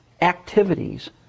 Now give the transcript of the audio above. activities